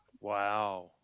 Wow